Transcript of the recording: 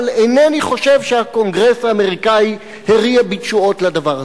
אבל אינני חושב שהקונגרס האמריקני הריע בתשואות לדבר הזה.